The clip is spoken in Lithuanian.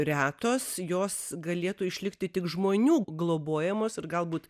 retos jos galėtų išlikti tik žmonių globojamos ir galbūt